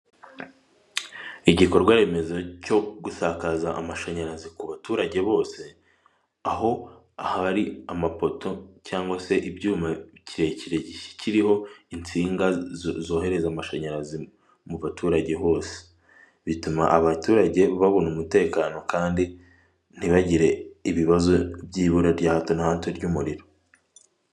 Igikorwa remezo cyo gusakaza amashanyarazi ku baturage bose; aho hari amapoto cyangwa se ibyuma kirekire kiriho insinga zohereza amashanyarazi mu baturage hose; bituma abaturage babona umutekano kandi ntibagire ibibazo by'ibura rya hato na hato ry'umuriro.